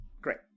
great